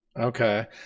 okay